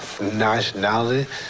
nationality